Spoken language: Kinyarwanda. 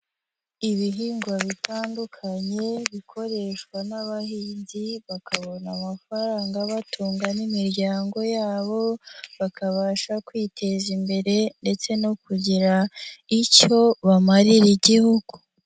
Ibihingwa bitandukanye, bikoreshwa n'abahinzi, bakabona amafaranga abatunga n'imiryango yabo, bakabasha kwiteza imbere ndetse no kugira icyo bamarira igihugu.